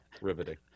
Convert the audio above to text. Riveting